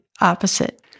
opposite